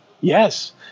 Yes